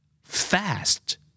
Fast